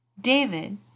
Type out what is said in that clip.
David